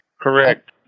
Correct